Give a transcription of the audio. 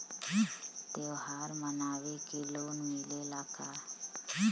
त्योहार मनावे के लोन मिलेला का?